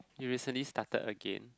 you recently started again